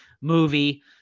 movie